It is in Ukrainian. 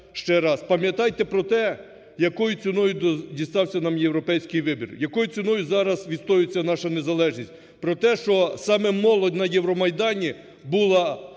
пам'ятайте про те, якою ціною дістався нам європейський вибір, якою ціною зараз відстоюється наша незалежність, про те, що саме молодь на Євромайдані була